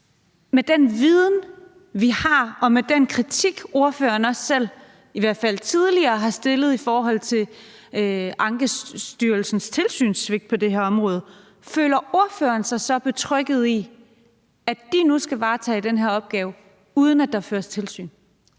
Med den viden, vi har, og med den kritik, ordføreren også selv i hvert fald tidligere har udtalt, af Ankestyrelsens tilsynssvigt på det her område, føler ordføreren sig så betrygget i, at de nu skal varetage den her opgave, uden at der føres tilsyn?